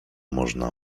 można